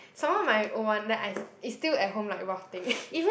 some more my old one then I is still at home like rotting